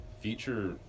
feature